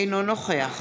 אינו נוכח